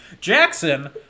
Jackson